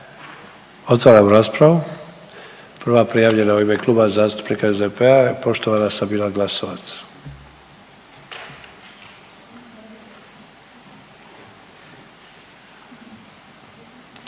Otvaram raspravu, prva prijavljena u ime Kluba zastupnika SDP-a poštovana Sabina Glasovac.